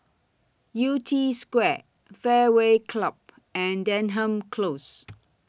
Yew Tee Square Fairway Club and Denham Close